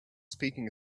speaking